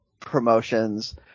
promotions